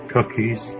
Cookies